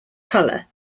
color